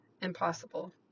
Impossible